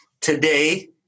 Today